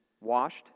washed